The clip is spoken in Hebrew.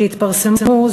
שהתפרסמו,